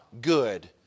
good